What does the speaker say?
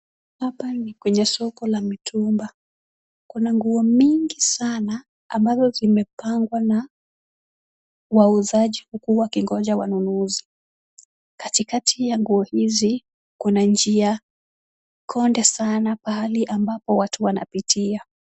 Hapa ni kwenye soko la mitumba, kuna nguo mingi sana ambazo zimepangwa na wauzaji huku wakingoja wanunuzi. Katikati ya nguo hizi kuna njia konde sana pahali ambapo watu wanapitia.